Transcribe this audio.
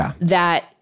that-